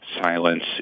silence